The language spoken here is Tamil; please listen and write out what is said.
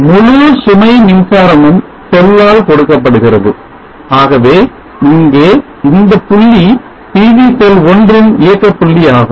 முழு சுமை மின்சாரமும் செல்லால் கொடுக்கப்படுகிறது ஆகவே இங்கே இந்தப்புள்ளி PV செல் 1 ன் இயக்கபுள்ளி ஆகும்